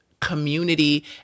community